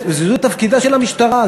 זה תפקידה של המשטרה,